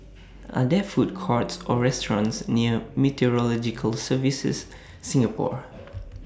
Are There Food Courts Or restaurants near Meteorological Services Singapore